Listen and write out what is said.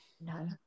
No